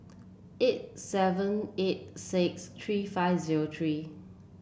eight seven eight six three five zero three